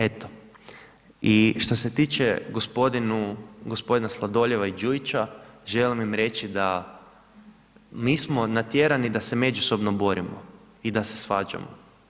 Eto i što se tiče gospodina Sladoljeva i Đujića želim im reći da mi smo natjerani da se međusobno borimo i da se svađamo.